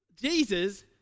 Jesus